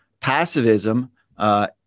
passivism